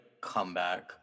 comeback